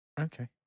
okay